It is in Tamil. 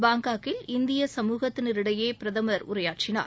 பாங்காக்கில் இந்திய சமூகத்தினரிடையே பிரதமர் உரையாற்றினார்